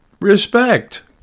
respect